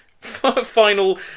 final